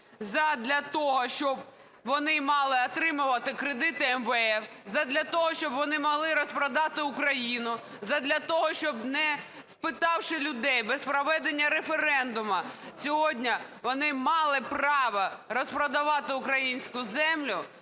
задля того, щоб вони мали отримувати кредити МВФ, задля того, щоб вони могли розпродати Україну, задля того, щоб, не спитавши людей, без проведення референдуму, сьогодні вони мали право розпродавати українську землю